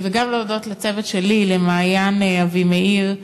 וגם להודות לצוות שלי, למעיין אבימאיר.